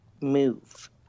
move